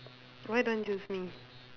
why don't want choose me